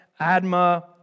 Adma